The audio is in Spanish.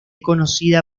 conocida